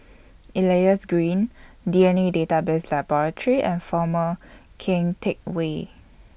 Elias Green D N A Database Laboratory and Former Keng Teck Whay